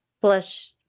Blush